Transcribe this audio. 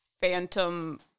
phantom